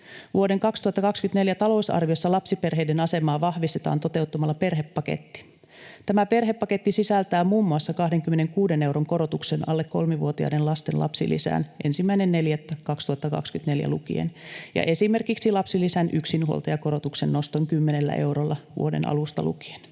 Vuoden 2024 talousarviossa lapsiperheiden asemaa vahvistetaan toteuttamalla perhepaketti. Tämä perhepaketti sisältää muun muassa 26 euron korotuksen alle kolmivuotiaiden lasten lapsilisään 1.4.2024 lukien ja esimerkiksi lapsilisän yksinhuoltajakorotuksen noston 10 eurolla vuoden alusta lukien.